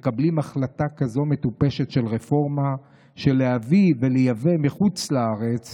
פתאום מקבלים החלטה כזאת מטופשת של רפורמה של להביא ולייבא מחוץ לארץ